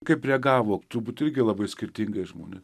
kaip reagavo turbūt irgi labai skirtingai žmonės